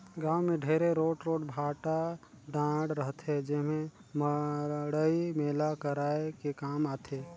गाँव मे ढेरे रोट रोट भाठा डाँड़ रहथे जेम्हे मड़ई मेला कराये के काम आथे